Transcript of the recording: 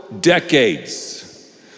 decades